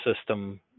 system